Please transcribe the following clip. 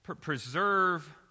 preserve